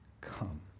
come